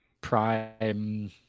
prime